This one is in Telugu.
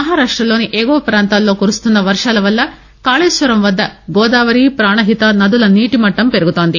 మహారాష్ట్రలోని ఎగువ ప్రాంతాల్లో కురుస్తున్న వర్వాల వల్ల కాళేశ్వరం వద్ద గోదావరి ప్రాణహిత నదుల నీటిమట్లం పెరుగుతోంది